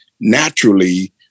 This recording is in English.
naturally